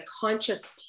conscious